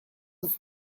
off